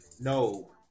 No